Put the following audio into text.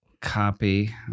copy